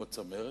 הוא הצמרת.